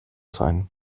sein